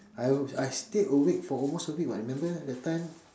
I I stayed awake for almost a week [what] remember that time